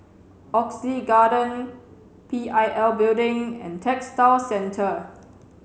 Oxley Garden P I L Building and Textile Centre